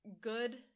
good